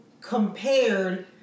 compared